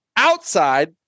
Outside